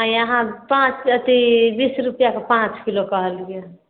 अँए यइ अहाँ पाँच अथी बीस रुपैआके पाँच किलो कहलिए हँ